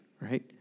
right